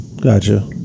gotcha